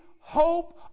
hope